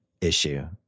issue